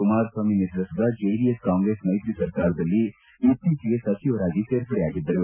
ಕುಮಾರಸ್ವಾಮಿ ನೇತೃತ್ವದ JDS Congress ಮೈತ್ರಿ ಸರ್ಕಾರದಲ್ಲಿ ಇತ್ತೀಚೆಗೆ ಸಚಿವರಾಗಿ ಸೇರ್ಪಡೆಯಾಗಿದ್ದರು